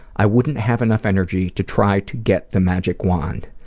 i wouldn't have enough energy to try to get the magic wand.